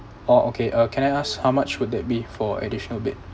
orh okay uh can I ask how much would that be for additional bed